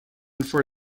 for